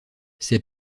ses